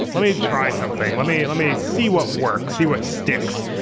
let me try something. let me let me see what works. see what sticks.